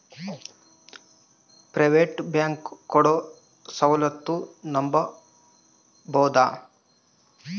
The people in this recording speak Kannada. ಪ್ರೈವೇಟ್ ಬ್ಯಾಂಕ್ ಕೊಡೊ ಸೌಲತ್ತು ನಂಬಬೋದ?